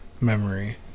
memory